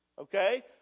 okay